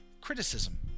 criticism